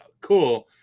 cool